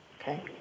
Okay